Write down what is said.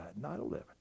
9-11